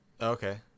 okay